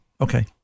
Okay